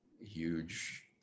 huge